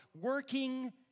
working